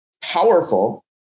powerful